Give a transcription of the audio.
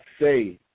say